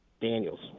Daniels